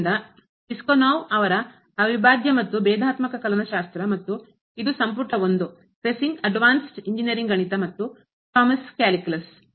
ಆದ್ದರಿಂದ ಪಿಸ್ಕುನೋವ್ ಅವರ ಅವಿಭಾಜ್ಯ ಮತ್ತು ಭೇದಾತ್ಮಕ ಕಲನಶಾಸ್ತ್ರ ಮತ್ತು ಇದು ಸಂಪುಟ 1 ಕ್ರೆಸ್ಜಿಗ್ ಅಡ್ವಾನ್ಸ್ಡ್ ಇಂಜಿನಿಯರಿಂಗ್ ಗಣಿತ ಮತ್ತು ಥಾಮಸ್ ಕ್ಯಾಲ್ಕುಲಸ್